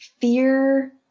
fear